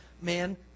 man